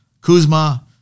Kuzma